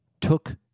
took